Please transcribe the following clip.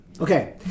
Okay